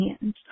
hands